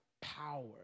power